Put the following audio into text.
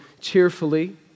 cheerfully